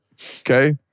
Okay